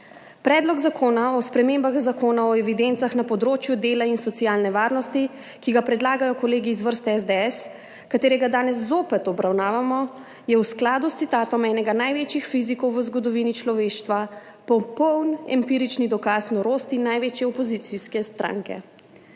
Predlog zakona o spremembah Zakona o evidencah na področju dela in socialne varnosti, ki ga predlagajo kolegi iz vrst SDS, ki ga danes spet obravnavamo, je v skladu s citatom enega največjih fizikov v zgodovini človeštva popoln empirični dokaz norosti največje opozicijske stranke.